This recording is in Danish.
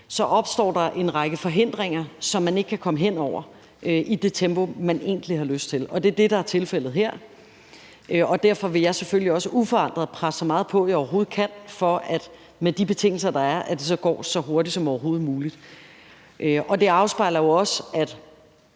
opstår en række forhindringer, som man ikke kan komme hen over i det tempo, man egentlig har lyst til. Det er det, der er tilfældet her, og derfor vil jeg selvfølgelig også uforandret presse så meget på, jeg overhovedet kan, for at det med de betingelser, der er, går så hurtigt som overhovedet muligt. Det afspejler jo også, at